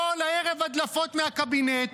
כל ערב הדלפות מהקבינט.